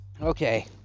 Okay